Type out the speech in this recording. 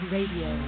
Radio